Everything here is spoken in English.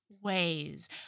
ways